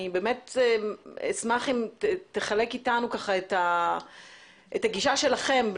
אני אשמח אם תחלוק אתנו את הגישה שלכם.